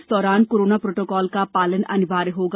इस दौरान corona protocol का पालन अनिवार्य होगा